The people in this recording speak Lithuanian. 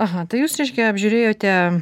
aha tai jūs reiškia apžiūrėjote